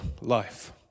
life